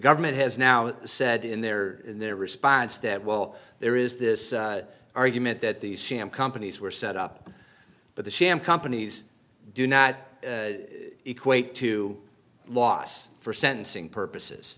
government has now said in there in their response that well there is this argument that these sham companies were set up but the sham companies do not equate to loss for sentencing purposes